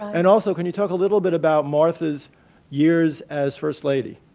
and also can you talk a little but about martha's years as first lady?